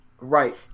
Right